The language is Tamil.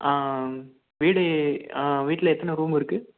வீடு வீட்டில் எத்தனை ரூம் இருக்குது